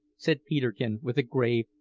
said peterkin with a grave,